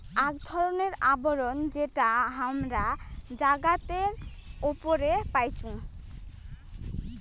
আক ধরণের আবরণ যেটা হামরা জাগাতের উপরে পাইচুং